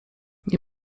nie